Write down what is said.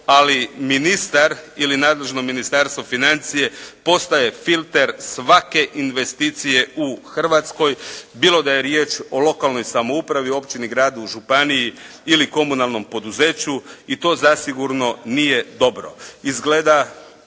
ali ministar ili nadležno Ministarstvo financija postaje filter svake investicije u Hrvatskoj bilo da je riječ o lokanoj samoupravi, općini, gradu, županiji ili komunalnom poduzeću i to zasigurno nije dobro. Izgleda